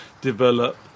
develop